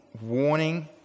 warning